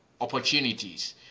opportunities